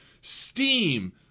Steam